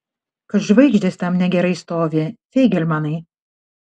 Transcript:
kad žvaigždės tam negerai stovi feigelmanai